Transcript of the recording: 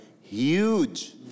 huge